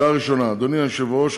אדוני היושב-ראש,